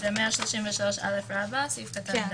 133א(ד).